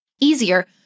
easier